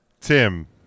Tim